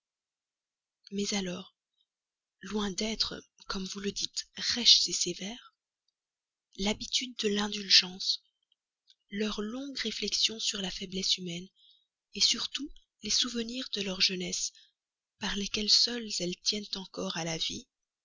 mais alors loin d'être comme vous le dites rêches sévères l'habitude de l'indulgence leurs longues réflexions sur la faiblesse humaine enfin les souvenirs de leur jeunesse par lesquels seuls elles tiennent encore à la vie